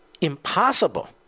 impossible